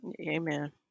Amen